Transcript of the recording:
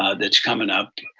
ah that's coming up